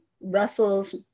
Russell's